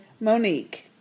Monique